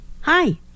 Hi